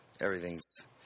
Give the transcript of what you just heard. everything's